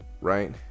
right